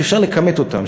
שאפשר לכמת אותם,